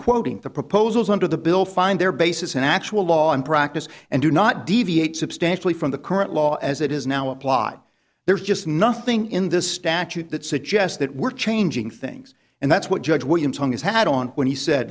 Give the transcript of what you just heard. quoting to proposals under the bill find their basis an actual law in practice and do not deviate substantially from the current law as it is now apply there's just nothing in this statute that suggests that we're changing things and that's what judge william hung his hat on when he said